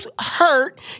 hurt